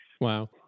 Wow